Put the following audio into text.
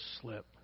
slip